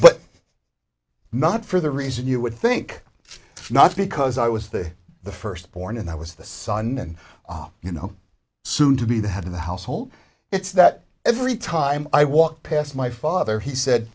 but not for the reason you would think not because i was the the first born and i was the son you know soon to be the head of the household it's that every time i walked past my father he said